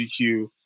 GQ